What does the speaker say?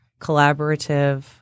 collaborative